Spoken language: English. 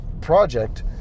project